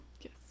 Yes